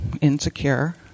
insecure